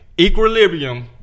equilibrium